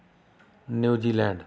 New Zealand